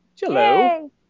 Hello